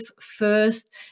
first